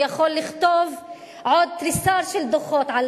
הוא יכול לכתוב עוד תריסר דוחות על